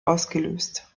ausgelöst